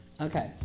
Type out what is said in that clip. Okay